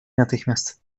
natychmiast